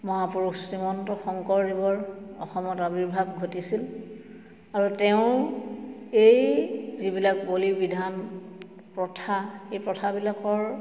মহাপুৰুষ শ্ৰীমন্ত শংকৰদেৱৰ অসমত আৱিৰ্ভাৱ ঘটিছিল আৰু তেওঁ এই যিবিলাক বলি বিধান প্ৰথা এই প্ৰথাবিলাকৰ